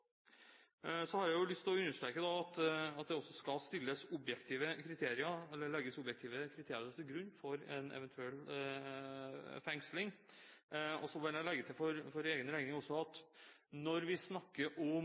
Så har jeg lyst til å understreke at det også skal legges objektive kriterier til grunn for en eventuell fengsling. Jeg vil legge til for egen regning at når vi snakker om